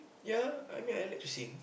ya I mean I like to sing